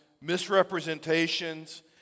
misrepresentations